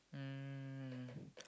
um